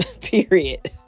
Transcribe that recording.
Period